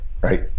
right